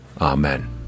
Amen